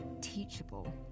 teachable